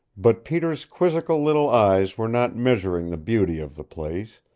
but peter's quizzical little eyes were not measuring the beauty of the place,